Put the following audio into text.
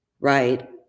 right